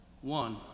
one